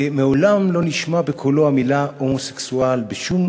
ומעולם לא נשמעה בקולו המילה הומוסקסואל בשום